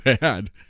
bad